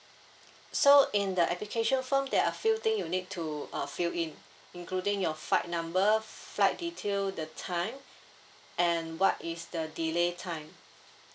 so in the application form that a few thing you need to a fill in including your flight number uh flight detail the time and what is the delay time